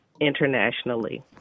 internationally